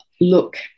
look